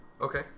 Okay